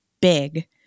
big